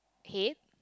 head